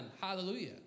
Hallelujah